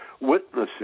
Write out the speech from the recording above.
witnessing